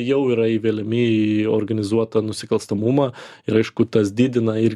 jau yra įveliami į organizuotą nusikalstamumą ir aišku tas didina ir